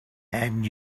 and